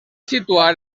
situar